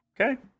Okay